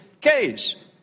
case